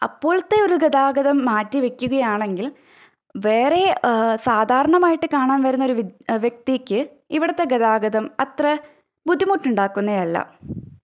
അപ്പോഴത്തെ ഒരു ഗതാഗതം മാറ്റി വെക്കുകയാണെങ്കിൽ വേറെ സാധാരണമായിട്ട് കാണാൻ വരുന്ന വ്യക്തി വ്യക്തിക്ക് ഇവിടത്തെ ഗതാഗതം അത്ര ബുദ്ധിമുട്ടുണ്ടാക്കുന്നതല്ല